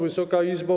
Wysoka Izbo!